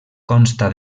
consta